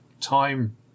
time